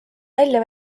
välja